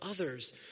others